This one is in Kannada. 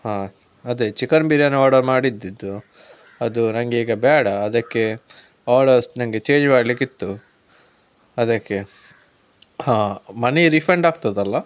ಹಾಂ ಅದೇ ಚಿಕನ್ ಬಿರಿಯಾನಿ ಆರ್ಡರ್ ಮಾಡಿದ್ದಿದ್ದು ಅದು ನನಗೀಗ ಬೇಡ ಅದಕ್ಕೆ ಆರ್ಡರ್ಸ್ ನನಗೆ ಚೇಂಜ್ ಮಾಡಲಿಕ್ಕಿತ್ತು ಅದಕ್ಕೆ ಹಾಂ ಮನಿ ರೀಫಂಡ್ ಆಗ್ತದಲ್ಲ